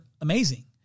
amazing